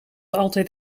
altijd